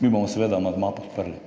Mi bomo seveda amandma podprli.